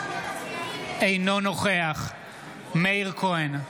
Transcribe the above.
אינו נוכח מאיר כהן,